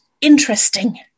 interesting